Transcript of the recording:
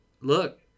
Look